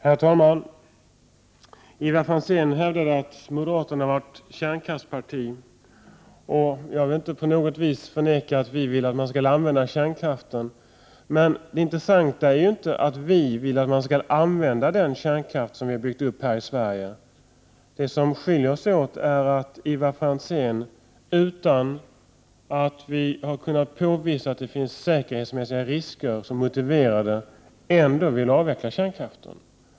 Herr talman! Ivar Franzén hävdade att moderaterna var ett kärnkraftsparti. Jag vill inte på något vis förneka att vi vill att man skall använda kärnkraften. Men det intressanta är inte att vi vill att man skall använda den kärnkraft som vi har byggt upp här i Sverige. Det som skiljer oss åt är att Ivar Franzén, utan att vi har kunnat påvisa att det finns säkerhetsmässiga risker som motiverar det, ändå vill avveckla kärnkraften.